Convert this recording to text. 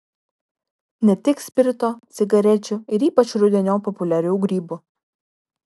ne tik spirito cigarečių ir ypač rudeniop populiarių grybų